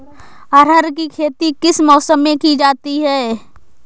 अरहर की खेती किस मौसम में की जाती है?